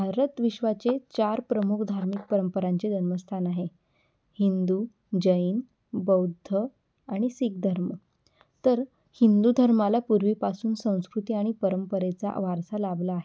भारत विश्वाचे चार प्रमुख धार्मिक परंपरांचे जन्मस्थान आहे हिंदू जैन बौद्ध आणि सीख धर्म तर हिंदूधर्माला पूर्वीपासून संस्कृती आणि परंपरेचा वारसा लाभला आहे